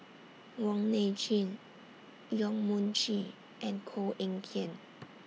Wong Nai Chin Yong Mun Chee and Koh Eng Kian